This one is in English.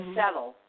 settle